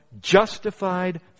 justified